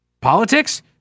politics